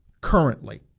currently